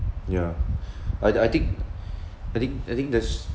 yeah I I think I think I think there's